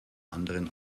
anderen